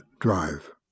Drive